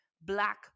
black